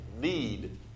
need